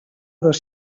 dos